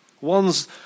One's